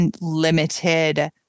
limited